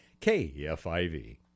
KFIV